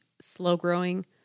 slow-growing